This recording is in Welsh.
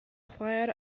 chwaer